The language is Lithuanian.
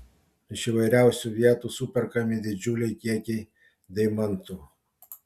iš įvairiausių vietų superkami didžiuliai kiekiai deimantų